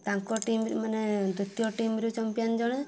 ତାଙ୍କ ଟିମ୍ ମାନେ ଦ୍ଵିତୀୟ ଟିମ୍ ରୁ ଚମ୍ପିୟାନ୍ ଜଣେ